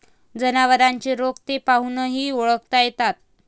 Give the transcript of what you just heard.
जनावरांचे रोग ते पाहूनही ओळखता येतात